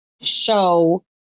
show